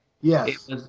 Yes